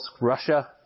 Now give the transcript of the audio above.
Russia